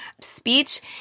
speech